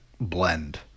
blend